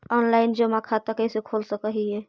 Online जमा खाता कैसे खोल सक हिय?